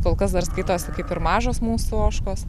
kol kas dar skaitosi kaip ir mažos mūsų ožkos